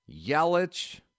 Yelich